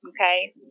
Okay